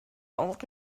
old